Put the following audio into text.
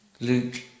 Luke